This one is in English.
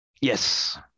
yes